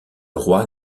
roi